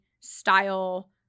style